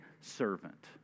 servant